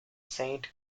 saint